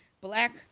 black